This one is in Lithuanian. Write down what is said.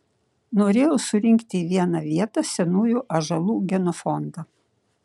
norėjau surinkti į vieną vietą senųjų ąžuolų genofondą